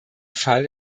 fall